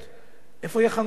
איפה יחנו שם רכבים?